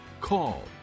call